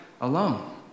alone